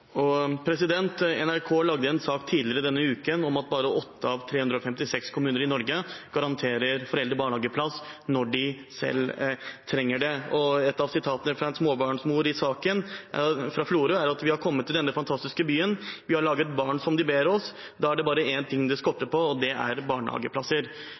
NRK lagde en sak tidligere denne uken om at bare 8 av 356 kommuner i Norge garanterer foreldre barnehageplass når de trenger det. Et av sitatene i saken, fra en småbarnsmor i Florø, er at vi har kommet til denne fantastiske byen, vi har laget barn, som de ber oss om, og da er det bare én ting det skorter på, og det er barnehageplasser.